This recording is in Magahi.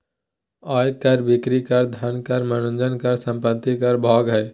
आय कर, बिक्री कर, धन कर, मनोरंजन कर, संपत्ति कर भाग हइ